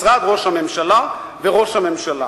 משרד ראש הממשלה וראש הממשלה.